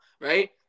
right